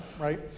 right